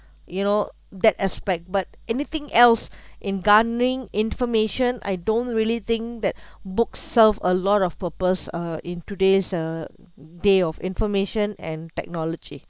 you know that aspect but anything else in garnering information I don't really think that book serves a lot of purpose uh in today's uh day of information and technology